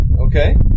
okay